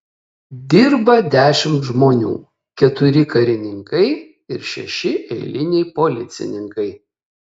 dirba dešimt žmonių keturi karininkai ir šeši eiliniai policininkai